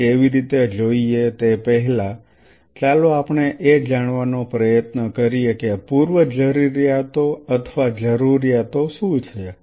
આપણે કેવી રીતે જોઈએ તે પહેલાં ચાલો આપણે એ જાણવાનો પ્રયત્ન કરીએ કે પૂર્વજરૂરીયાતો અથવા જરૂરિયાતો શું છે